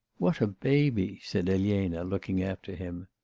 what a baby said elena, looking after him.